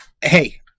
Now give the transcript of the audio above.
hey